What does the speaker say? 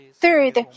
Third